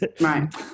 Right